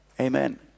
Amen